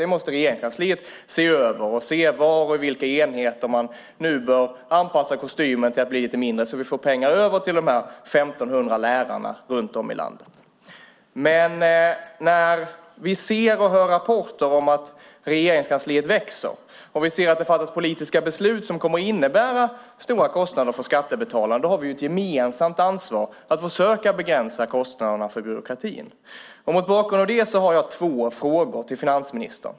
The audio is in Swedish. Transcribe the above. Det måste Regeringskansliet se över för att se var och i vilka enheter man nu bör anpassa kostymen till att bli lite mindre så att vi får pengar över till dessa 1 500 lärare runt om i landet. Men när vi ser och hör rapporter om hur Regeringskansliet växer och vi ser att det fattas politiska beslut som kommer att innebära stora kostnader för skattebetalarna har vi ett gemensamt ansvar att försöka begränsa kostnaderna för byråkratin. Mot bakgrund av det har jag två frågor till finansministern.